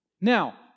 Now